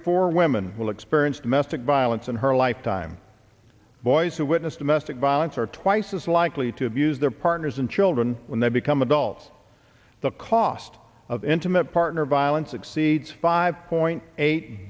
four women will experience domestic violence in her lifetime boys who witnessed a mystic violence are twice as likely to abuse their partners and children when they become adults the cost of intimate partner violence exceeds five point eight